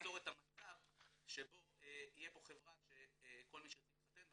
ליצור את המצב שבו תהיה פה חברה שכל מי שירצה להתחתן,